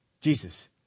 Jesus